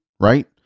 right